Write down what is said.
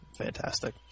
fantastic